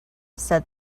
said